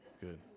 good